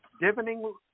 divining